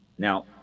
Now